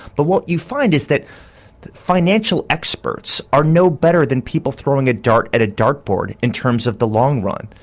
but what you find is that financial experts are no better than people throwing a dart at a dartboard in terms of the long run.